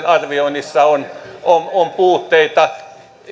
arvioinnissa on puutteita